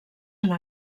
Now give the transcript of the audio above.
una